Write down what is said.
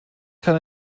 kann